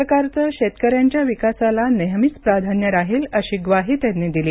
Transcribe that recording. सरकारचं शेतकऱ्यांच्या विकासाला नेहमीच प्राधान्य राहील अशी ग्वाही त्यांनी दिली